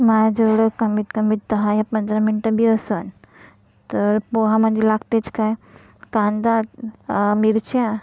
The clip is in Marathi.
मला जेवढं कमीतकमी दहा या पंधरा मिनटंबी असंल तर पोहामध्ये लागतेच काय कांदा मिरच्या